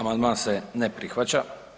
Amandman se ne prihvaća.